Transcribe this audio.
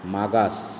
मागास